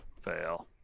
fail